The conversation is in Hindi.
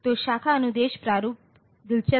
तो शाखा अनुदेश प्रारूप दिलचस्प है